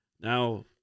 Now